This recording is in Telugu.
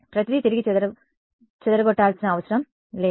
ప్రతిదీ తిరిగి చెదరగొట్టాల్సిన అవసరం లేదు